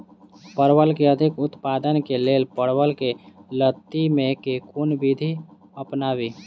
परवल केँ अधिक उत्पादन केँ लेल परवल केँ लती मे केँ कुन विधि अपनाबी?